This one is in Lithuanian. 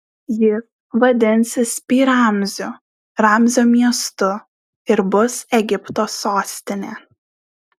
jis vadinsis pi ramziu ramzio miestu ir bus egipto sostinė